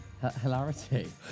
Hilarity